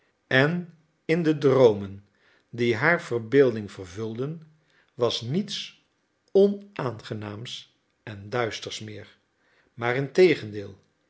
en in de droomen die haar verbeelding vervulden was niets onaangenaams en duisters meer maar integendeel